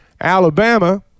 Alabama